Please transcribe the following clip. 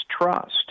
trust